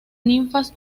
ninfas